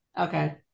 Okay